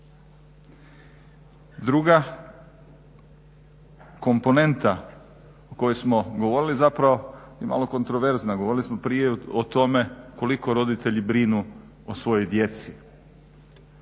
Druga komponenta o kojoj smo govorili zapravo je malo kontroverzna, govorili smo prije o tome koliko roditelji brinu o svojoj djeci.